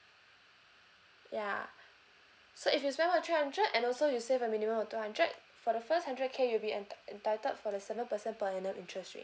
ya so if you spend more than three hundred and also you save a minimum of two hundred for the first hundred K you'll be ent~ entitled for the seven percent per annum interest rate